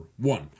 one